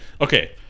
Okay